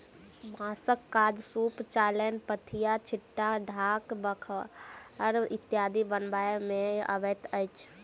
बाँसक काज सूप, चालैन, पथिया, छिट्टा, ढाक, बखार इत्यादि बनबय मे अबैत अछि